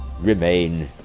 remain